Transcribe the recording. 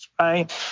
right